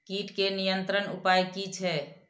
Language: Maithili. कीटके नियंत्रण उपाय कि छै?